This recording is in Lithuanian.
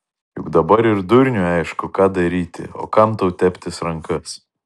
juk dabar ir durniui aišku ką daryti o kam tau teptis rankas